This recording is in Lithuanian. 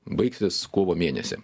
baigsis kovo mėnesį